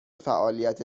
فعالیت